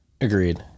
Agreed